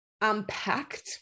unpacked